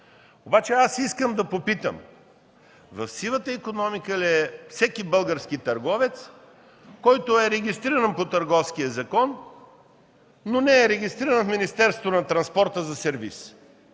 Обаче искам да попитам: в сивата икономика ли е всеки един български търговец, който е регистриран по Търговския закон, но не е регистриран в Министерството на транспорта за сервиз?